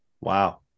wow